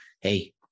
hey